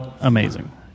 amazing